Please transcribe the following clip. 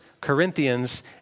Corinthians